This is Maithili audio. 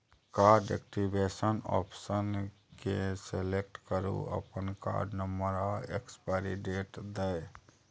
कार्ड एक्टिबेशन आप्शन केँ सेलेक्ट करु अपन कार्ड नंबर आ एक्सपाइरी डेट दए